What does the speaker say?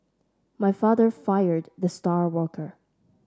my father fired the star worker